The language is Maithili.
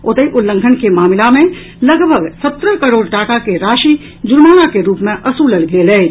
ओतहि उल्लंघन के मामिला मे लगभग सत्रह करोड़ टाका के राशि जुर्माना के रूप मे असूलल गेल अछि